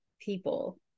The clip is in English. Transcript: people